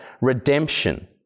redemption